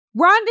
Ron